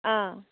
অঁ